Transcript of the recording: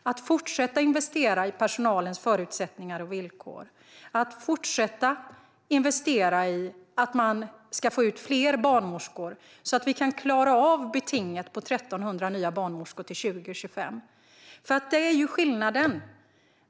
Vi ska fortsätta att investera i personalens förutsättningar och villkor, och vi ska fortsätta att investera i att få ut fler barnmorskor, så att vi kan klara av betinget på 1 300 nya barnmorskor till 2025.